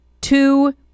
Two